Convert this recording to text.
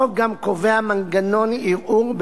החוק גם קובע מנגנון ערעור,